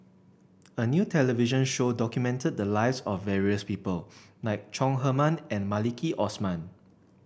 a new television show documented the lives of various people like Chong Heman and Maliki Osman